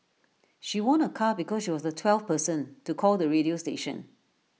she won A car because she was the twelfth person to call the radio station